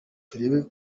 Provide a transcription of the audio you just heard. turebe